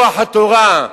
רוח התורה,